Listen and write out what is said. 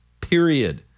Period